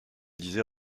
disait